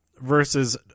versus